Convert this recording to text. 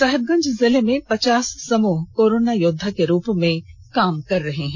साहिबगंज जिले में पचास समूह कोरोनो योद्वा के रूप में कार्य कर रहे हैं